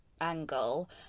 angle